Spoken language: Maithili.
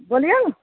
बोलिऔ